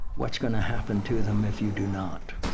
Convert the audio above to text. what's going to happen to them if you do not?